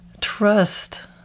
trust